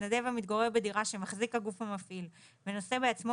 מתנדב המתגורר בדירה שמחזיק הגוף המפעיל ונושא בעצמו